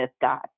God